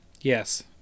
Yes